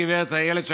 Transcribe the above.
גב' אילת שקד,